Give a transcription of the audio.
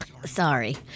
Sorry